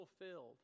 fulfilled